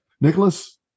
Nicholas